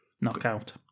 Knockout